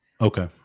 Okay